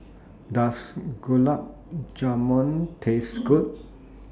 Does Gulab Jamun Taste Good